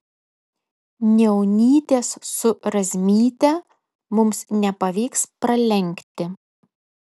niaunytės su razmyte mums nepavyks pralenkti